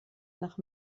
nach